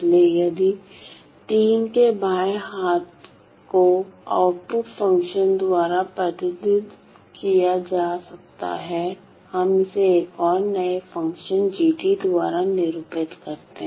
इसलिए यदि के बाएं हाथ को आउटपुट फ़ंक्शन द्वारा प्रतिनिधित्व किया जा सकता है हम इसे एक और नए फ़ंक्शन g द्वारा निरूपित करते है